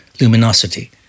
luminosity